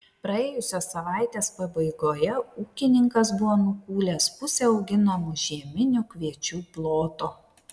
praėjusios savaitės pabaigoje ūkininkas buvo nukūlęs pusę auginamų žieminių kviečių ploto